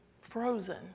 frozen